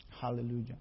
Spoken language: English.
Hallelujah